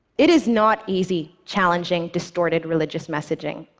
it is not easy, challenging distorted religious messaging.